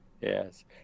yes